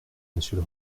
monsieur